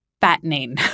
fattening